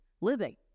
living